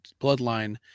bloodline